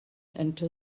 into